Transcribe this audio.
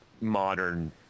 modern